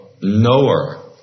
knower